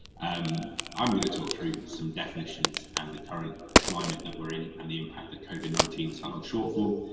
um i'm going to talk through some definitions and the current climate we are in and the impact covid nineteen has had on short form,